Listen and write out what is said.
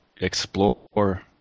explore